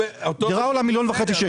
דירה עולה מיליון וחצי שקלים.